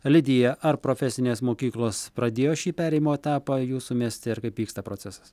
lidija ar profesinės mokyklos pradėjo šį perėjimo etapą jūsų mieste ir kaip vyksta procesas